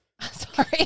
sorry